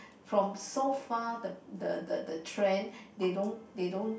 from so far the the the the trend they don't they don't